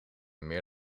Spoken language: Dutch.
meer